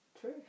true